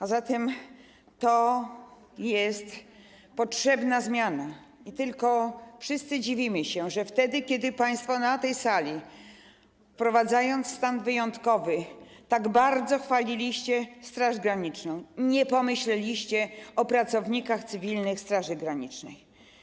A zatem jest potrzebna zmiana i tylko wszyscy dziwimy się, że wtedy kiedy państwo na tej sali, wprowadzając stan wyjątkowy, tak bardzo chwaliliście Straż Graniczną, nie pomyśleliście o pracownikach cywilnych Straży Granicznej.